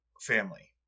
family